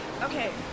Okay